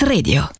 Radio